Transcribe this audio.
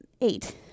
Eight